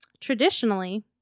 Traditionally